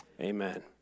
amen